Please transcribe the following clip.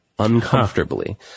Uncomfortably